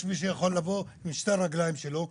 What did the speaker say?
יש מי שיכול לבוא עם שתי הרגליים שלו ,